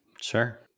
Sure